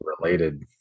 related